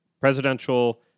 presidential